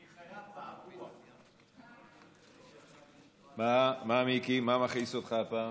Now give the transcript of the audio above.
אני חייב, מה, מיקי, מה מכעיס אותך הפעם?